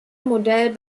modell